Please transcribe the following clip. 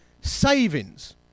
savings